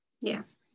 Yes